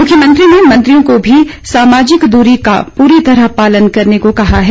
मुख्यमंत्री ने मंत्रियों को भी सामाजिक दूरी का पूरी तरह पालन करने को कहा है